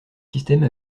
système